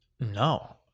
No